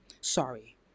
Sorry